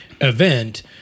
event